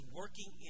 working